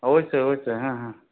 অবশ্যই অবশ্যই হ্যাঁ হ্যাঁ